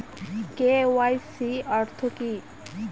KYC অর্থ কি?